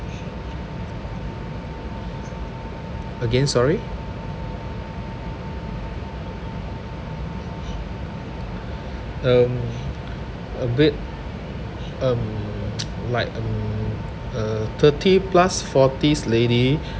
again sorry um a bit um like um uh thirty plus forties lady